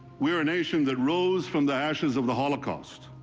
weire a nation that rose from the ashes of the holocaust.